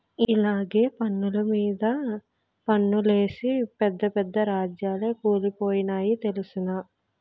ఇలగ పన్నులు మీద పన్నులేసి పెద్ద పెద్ద రాజాలే కూలిపోనాయి తెలుసునా